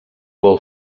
vol